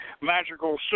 magical